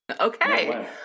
Okay